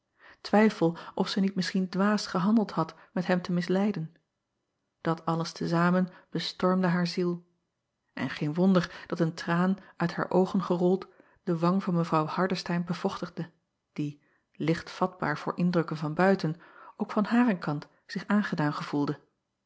twijfel of zij niet misschien dwaas gehandeld had met hem te misleiden dat alles te zamen bestormde haar ziel en geen wonder dat een traan uit haar oogen gerold de wang van w van ardestein bevochtigde die licht vatbaar voor indrukken van buiten ook van haren kant zich aangedaan gevoelde